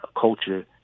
culture